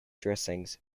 dressings